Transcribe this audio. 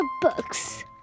books